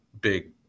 big